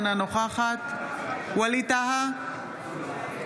אינה נוכחת ווליד טאהא,